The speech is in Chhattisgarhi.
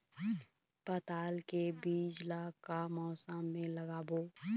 पताल के बीज ला का मौसम मे लगाबो?